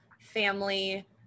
family